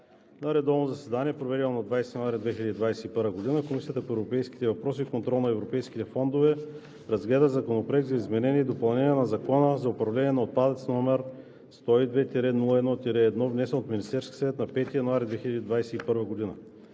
На редовно заседание, проведено на 20 януари 2021 г., Комисията по европейските въпроси и контрол на европейските фондове разгледа Законопроект за изменение и допълнение на Закона за управление на отпадъците, № 102-01-1, внесен от Министерския съвет на 5 януари 2021 г.